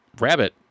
rabbit